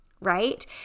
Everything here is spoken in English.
right